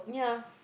ya